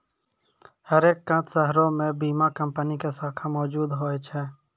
हरेक शहरो मे बीमा कंपनी के शाखा मौजुद होय छै